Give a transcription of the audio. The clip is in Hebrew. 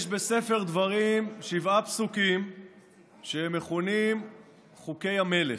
יש בספר דברים שבעה פסוקים שמכונים חוקי המלך,